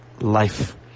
life